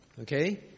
Okay